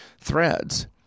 Threads